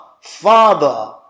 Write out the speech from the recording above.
Father